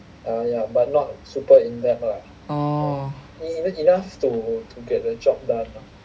orh